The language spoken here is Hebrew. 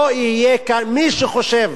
מי שחושב